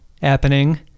happening